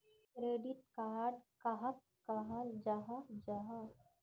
Credit card कहाक कहाल जाहा जाहा?